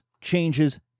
changes